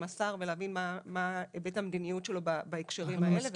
השר ולהבין מה היבט המדיניות שלו בהקשרים האלה.